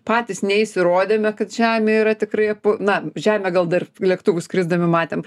patys neįsirodėme kad žemė yra tikrai ap na žemę gal dar lėktuvu skrisdami matėm